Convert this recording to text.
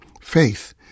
faith